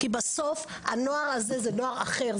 כי בסוף הנוער הזה זה נוער אחר.